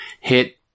hit